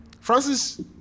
Francis